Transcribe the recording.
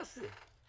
מה זה?